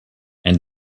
and